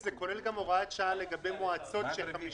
זהו נושא צודק מאין כמותו.